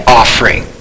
offering